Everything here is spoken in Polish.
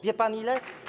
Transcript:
Wie pan ile?